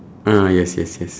ah yes yes yes